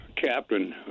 captain